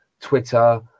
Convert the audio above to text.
Twitter